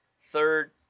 third